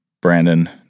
Brandon